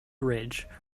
ridge